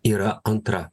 yra antra